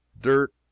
Dirt